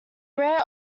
rare